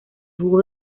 jugo